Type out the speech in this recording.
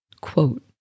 Quote